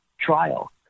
trial